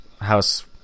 House